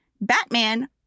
Batman